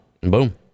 Boom